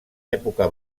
època